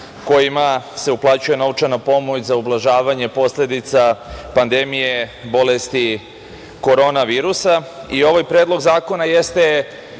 kojima se uplaćuje novčana pomoć za ublažavanje posledica pandemije bolesti korona virusa. Ovaj predlog zakona jeste